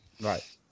Right